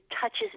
touches